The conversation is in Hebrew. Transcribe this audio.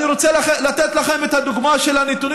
אני רוצה לתת לכם את הדוגמה של הנתונים